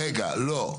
לא.